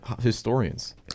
historians